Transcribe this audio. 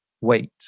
wait